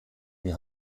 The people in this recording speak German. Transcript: die